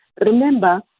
Remember